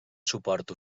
suport